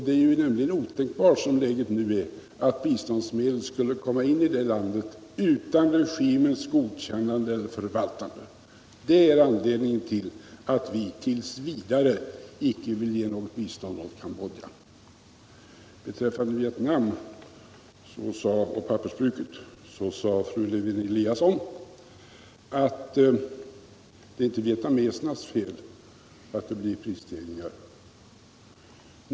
Det är nämligen otänkbart som läget nu är att biståndsmedel skulle komma in i landet utan regimens godkännande eller förvaltande. Det är anledningen till att vit. v. inte vill ge något bistånd åt Cambodja. Beträffande pappersbruket i Vietnam sade fru Cewén-Eliasson att det inte är vietnamesernas fel att det blir prisstegringar.